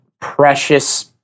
precious